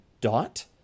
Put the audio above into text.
dot